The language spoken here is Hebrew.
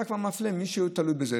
אתה כבר מפלה את מי שתלוי בזה.